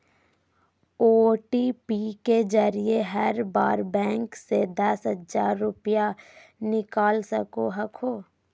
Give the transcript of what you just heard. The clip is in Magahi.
ओ.टी.पी के जरिए हर बार बैंक से दस हजार रुपए निकाल सको हखो